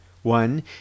one